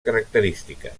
característiques